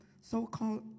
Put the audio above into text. so-called